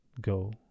go